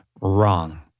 Wrong